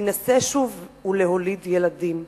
להינשא שוב ולהוליד ילדים.